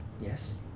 Yes